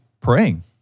praying